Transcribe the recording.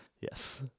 Yes